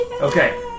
Okay